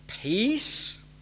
Peace